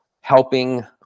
helping